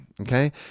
okay